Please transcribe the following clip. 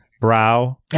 brow